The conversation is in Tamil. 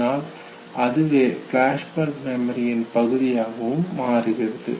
அதனால் அதுவே ஃபிளாஷ்பல்ப் மெமரியின் பகுதியாகவும் மாறுகிறது